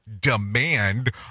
demand